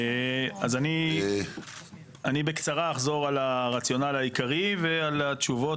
אז אני בקצרה אחזור על הרציונל העיקרי ועל התשובות